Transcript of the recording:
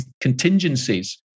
contingencies